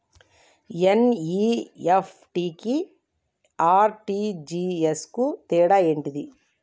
NEFT కి RTGS కు తేడా ఏంటిది?